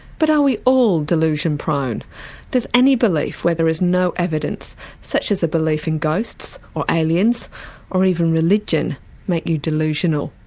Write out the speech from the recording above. but are we all delusion-prone does any belief where there is no evidence such as a belief in ghosts or aliens or even religion make you delusional?